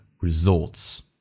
results